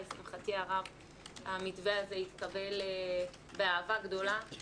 לשמחתי הרבה המתווה הזה התקבל באהבה גדולה.